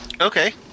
Okay